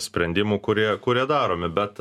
sprendimų kurie kurie daromi bet